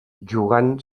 jugant